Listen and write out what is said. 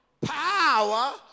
power